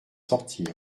sortir